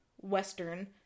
western